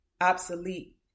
obsolete